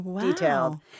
detailed